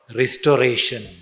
restoration